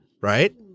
right